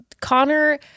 Connor